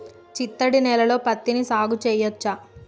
చిత్తడి నేలలో పత్తిని సాగు చేయచ్చా?